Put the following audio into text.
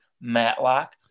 Matlock